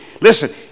Listen